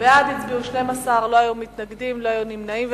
בעד הצביעו 12, לא היו מתנגדים, לא היו נמנעים.